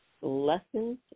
Lessons